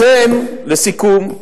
לכן, לסיכום,